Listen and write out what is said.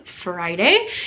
friday